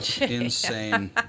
Insane